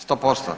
100%